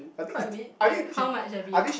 quite a bit like how much a bit